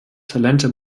talente